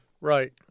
Right